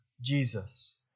Jesus